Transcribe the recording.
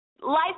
Life